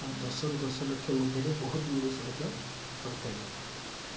ଆଉ ଦଶରୁ ଦଶ ଲକ୍ଷ ମଧ୍ୟରେ ବହୁତ ଗୁଡ଼ିଏ ସଂଖ୍ୟା ହୋଇଥାଏ